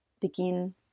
begin